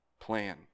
plan